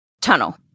tunnel